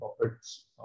profits